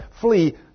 flee